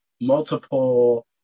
multiple